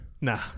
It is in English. nah